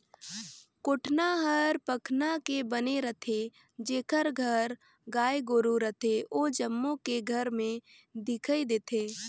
कोटना हर पखना के बने रथे, जेखर घर गाय गोरु रथे ओ जम्मो के घर में दिखइ देथे